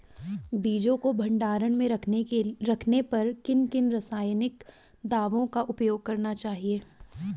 बीजों को भंडारण में रखने पर किन किन रासायनिक दावों का उपयोग करना चाहिए?